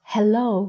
Hello